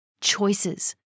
Choices